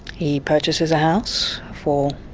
he purchases a house for